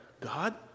God